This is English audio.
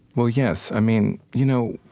well, yes. i mean, you know